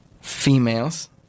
females